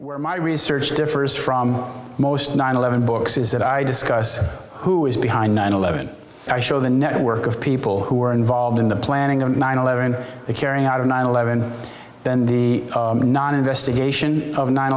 my research differs from most nine eleven books is that i discuss who is behind nine eleven i show the network of people who were involved in the planning of nine eleven the carrying out of nine eleven then the investigation of nine